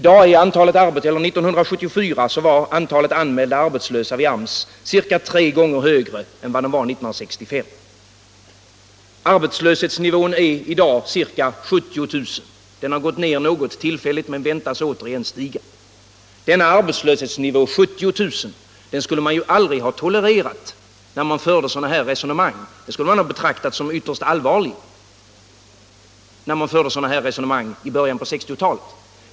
År 1974 var antalet anmälda arbetslösa vid AMS ca tre gånger högre än 1965. Arbetslöshetsnivån är i dag ca 70 000 personer. Den har gått ned något tillfälligt, men väntas återigen stiga. Denna arbetslöshetsnivå, 70 000, skulle man aldrig ha tolererat utan betraktat som ytterst allvarlig då man förde sådana här resonemang i början på 1960-talet.